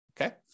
Okay